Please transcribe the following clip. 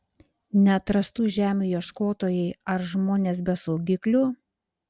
neatrastų žemių ieškotojai ar žmonės be saugiklių